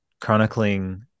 chronicling